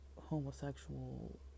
homosexual